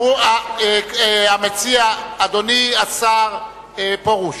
אדוני השר פרוש,